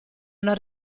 una